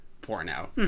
porno